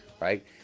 right